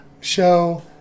show